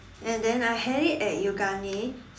and then I had it at Yoogane